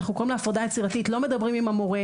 אנחנו קוראים לזה הפרדה יצירתית לא מדברים עם המורה,